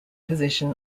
position